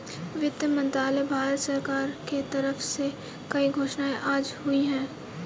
वित्त मंत्रालय, भारत सरकार के तरफ से कई घोषणाएँ आज हुई है